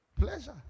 Pleasure